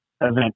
event